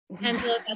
Angela